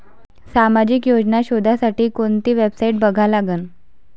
सामाजिक योजना शोधासाठी कोंती वेबसाईट बघा लागन?